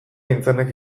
aintzanek